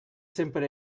sempre